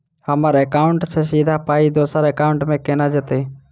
हम्मर एकाउन्ट सँ सीधा पाई दोसर एकाउंट मे केना जेतय?